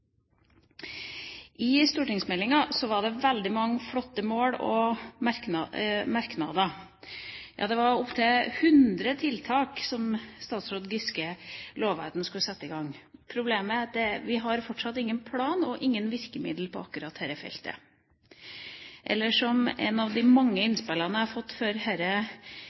I stortingsmeldinga var det veldig mange flotte mål og merknader. Det var opptil 100 tiltak som statsråd Giske lovet at han skulle sette i gang. Problemet er at vi har fortsatt ingen plan og ingen virkemiddel på akkurat dette feltet – eller, som var et av de mange innspillene jeg fikk før